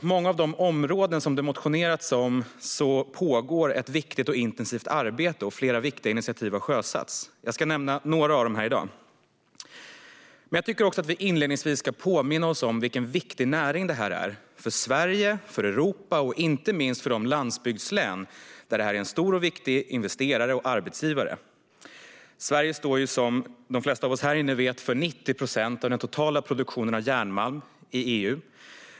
På många av de områden som det motionerats om pågår dock ett viktigt och intensivt arbete, och flera initiativ har sjösatts. Jag ska nämna några av dem här i dag. Inledningsvis tycker jag att vi ska påminna oss om vilken viktig näring det här är, för Sverige, för Europa och inte minst för de landsbygdslän där gruvnäringen är en stor och viktig investerare och arbetsgivare. Sverige står, som de flesta av oss här i kammaren vet, för 90 procent av den totala produktionen av järnmalm i EU.